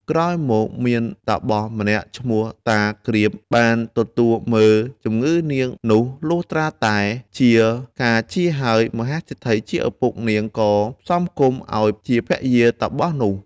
ក្រោយមកមានតាបសម្នាក់ឈ្មោះតា គ្រាម បានទទួលមើល ជំងឺនាងនោះលុះត្រាតែជា កាលជាហើយ មហាសេដ្ឋីជាឪពុកនាង បានផ្សំផ្គុំឱ្យជាភរិយាតាបសនោះ ។